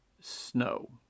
Snow